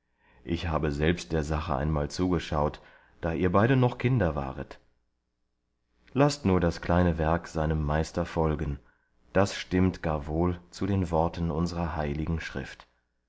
ich habe selbst der sache einmal zugeschaut da ihr noch beide kinder waret laßt nur das kleine werk seinem meister folgen das stimmt gar wohl zu den worten unserer heiligen schrift